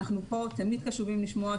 אנחנו פה תמיד קשובים לשמוע.